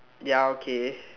ya okay